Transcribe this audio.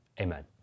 Amen